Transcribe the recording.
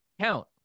count